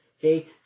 Okay